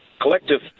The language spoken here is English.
collective